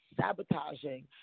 sabotaging